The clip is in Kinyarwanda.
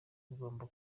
rugomba